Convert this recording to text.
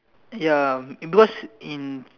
ya because in